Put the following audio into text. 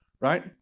right